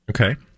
Okay